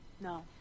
No